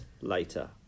later